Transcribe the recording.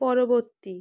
পরবর্তী